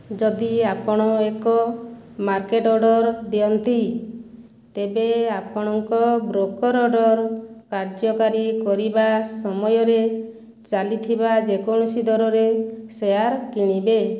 ଯଦି ଆପଣ ଏକ ମାର୍କେଟ୍ ଅର୍ଡ଼ର ଦିଅନ୍ତି ତେବେ ଆପଣଙ୍କ ବ୍ରୋକର୍ ଅର୍ଡ଼ର କାର୍ଯ୍ୟକାରୀ କରିବା ସମୟରେ ଚାଲିଥିବା ଯେକୌଣସି ଦରରେ ସେୟାର କିଣିବେ